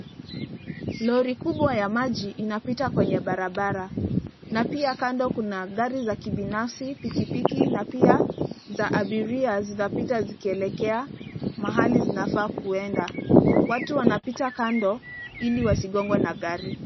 Lori kubwa ya maji inapita kwenye barabara na pia kando kuna gari za kibinafsi, pikipiki na pia za abiria zinapita zikielekea mahali zinafaa kuenda. Watu wanapita kando ili wasigongwe na gari.